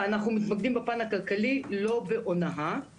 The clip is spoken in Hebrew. שאנחנו מתמקדים בפן הכלכלי לא בהונאה,